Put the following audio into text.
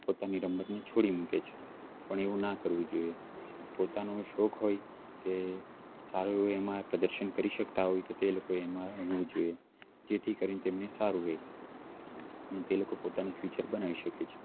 પોતાની રમતની છોડી મૂકે છે પણ એવું ના કરવું જોઈએ પોતાનો શોખ હોય કે સારું હોય એમાં પ્રદર્શન કરી શકતા હોય તો તે લોકોએ એમાં રમવું જોઈએ જેથી કરીને તેમને સારું રહે તે લોકો પોતાનું ફ્યુચર બનાવી શકે છે